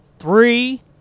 three